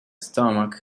stomach